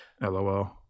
LOL